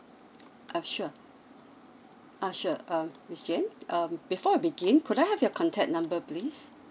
ah sure ah sure um miss jane um before I begin could I have your contact number please